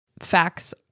Facts